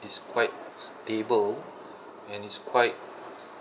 is quite stable and is quite